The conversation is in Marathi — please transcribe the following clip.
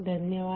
धन्यवाद